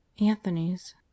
Anthony's